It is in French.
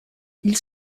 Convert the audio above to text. ils